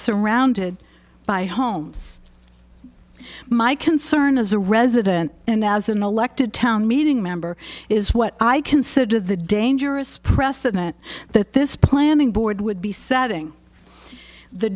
surrounded by homes my concern as a resident and as an elected town meeting member is what i consider the dangerous precedent that this planning board would be setting the